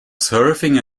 surfing